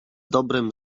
dobrem